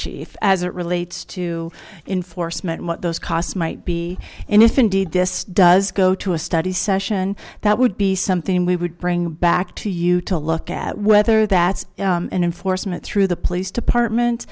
chief as it relates to enforcement what those costs might be and if indeed this does go to a study session that would be something we would bring back to you to look at whether that's an enforcement through the police department